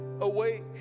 awake